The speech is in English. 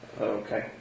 Okay